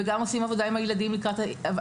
וגם עושים עבודה עם הילדים על ההבדל